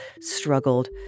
struggled